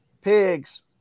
Pigs